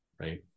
Right